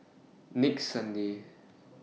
next Sunday